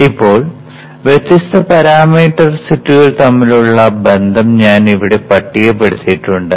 ഇപ്പോൾ വ്യത്യസ്ത പാരാമീറ്റർ സെറ്റുകൾ തമ്മിലുള്ള ബന്ധം ഞാൻ ഇവിടെ പട്ടികപ്പെടുത്തിയിട്ടുണ്ട്